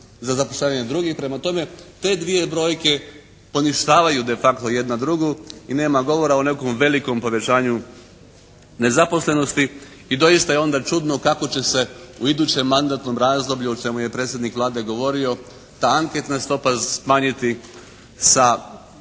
za zapošljavanje drugih. Prema tome, te dvije brojke poništavaju de facto jedna drugu i nema govora o nekom velikom povećanju nezaposlenosti. I doista je onda čudno kako će se u idućem mandatnom razdoblju o čemu je predsjednik Vlade govorio ta anketna stopa smanjiti sa 10,2,